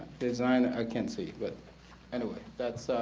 design i can't see, but anyway that's